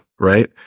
right